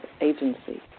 agency